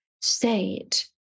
state